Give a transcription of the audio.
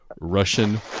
Russian